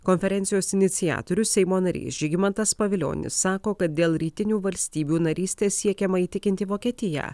konferencijos iniciatorius seimo narys žygimantas pavilionis sako kad dėl rytinių valstybių narystės siekiama įtikinti vokietiją